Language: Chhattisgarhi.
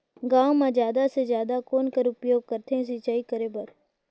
गांव म जादा से जादा कौन कर उपयोग करथे सिंचाई करे बर?